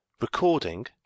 Recording